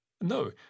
No